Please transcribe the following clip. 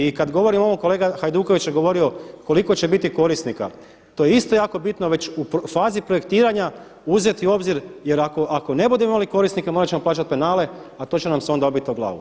I kada govorim ovo kolega Hajduković je govorio koliko će biti korisnika, to je isto jako bitno već u fazi projektiranja uzeti u obzir jer ako ne budemo imali korisnika morat ćemo plaćati penale, a to će nam se onda obiti o glavu.